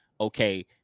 okay